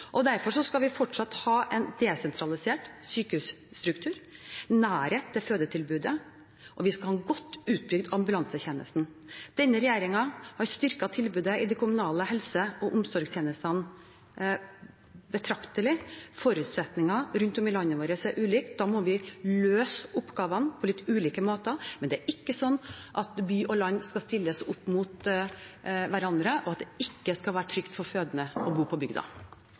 Derfor skal vi fortsatt ha en desentralisert sykehusstruktur med nærhet til fødetilbudet, og vi skal ha en godt utbygd ambulansetjeneste. Denne regjeringen har styrket tilbudet i de kommunale helse- og omsorgstjenestene betraktelig. Forutsetningene rundt om i landet vårt er ulike. Da må vi løse oppgavene på litt ulike måter. Men det er ikke sånn at by og land skal settes opp mot hverandre, og at det ikke skal være trygt for fødende å bo på bygda.